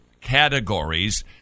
categories